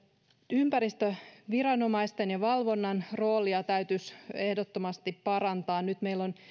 ympäristöviranomaisten ja valvonnan roolia täytyisi ehdottomasti parantaa nyt meillä on